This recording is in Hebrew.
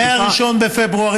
מ-1 בפברואר,